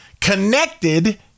Connected